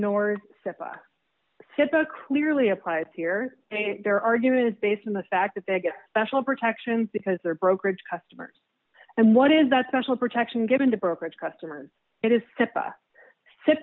ignores step by step though clearly applies here their argument is based on the fact that they get special protections because their brokerage customers and what is that special protection given to brokerage customers it is step by step